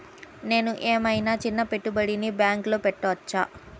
నేను ఏమయినా చిన్న పెట్టుబడిని బ్యాంక్లో పెట్టచ్చా?